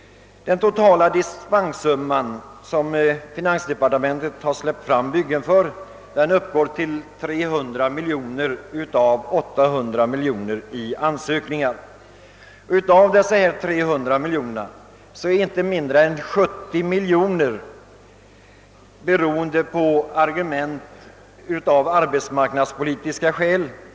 Den totala dispenssumman uppgår till 300 miljoner kronor, medan ansökningarna om dispens gäller byggen för 800 miljoner kronor. Av dessa dispenser för byggen på 300 miljoner kronor avser inte mindre än 70 miljoner kronor byggen, för vilka dispens har beviljats helt eller delvis av arbetsmarknadspolitiska skäl.